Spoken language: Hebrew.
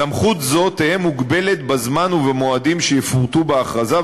סמכות זו תהיה מוגבלת בזמן ובמועדים שיפורטו בהכרזה,